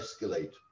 escalate